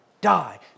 die